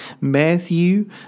Matthew